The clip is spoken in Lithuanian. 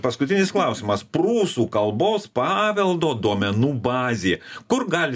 paskutinis klausimas prūsų kalbos paveldo duomenų bazė kur gali